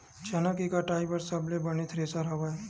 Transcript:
चना के कटाई बर सबले बने थ्रेसर हवय?